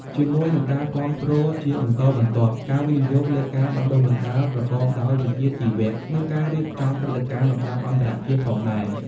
ជាមួយនឹងការគាំទ្រជាបន្តបន្ទាប់ ការវិនិយោគលើការបណ្ដុះបណ្ដាលប្រកបដោយវិជ្ជាជីវៈ និងការរៀបចំព្រឹត្តិការណ៍លំដាប់អន្តរជាតិផងដែរ។